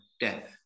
death